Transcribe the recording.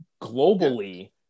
globally